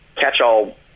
catch-all